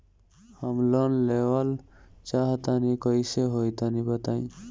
हम लोन लेवल चाह तनि कइसे होई तानि बताईं?